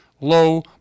low